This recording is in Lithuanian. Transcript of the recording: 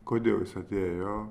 kodėl jis atėjo